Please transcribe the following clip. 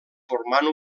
formant